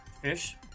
Fish